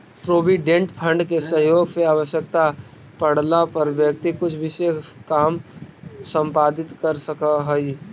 provident fund के सहयोग से आवश्यकता पड़ला पर व्यक्ति कुछ विशेष काम संपादित कर सकऽ हई